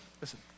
listen